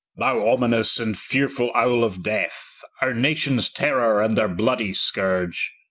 thou ominous and fearefull owle of death, our nations terror, and their bloody scourge,